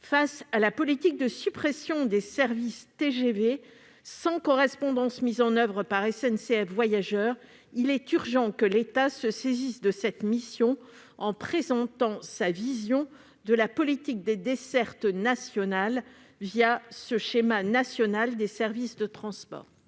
Face à la politique de suppression des services de TGV sans correspondance mise en oeuvre par SNCF Voyageurs, il est urgent que l'État se saisisse de cette mission en présentant sa vision de la politique de dessertes nationales, le schéma national des services de transport.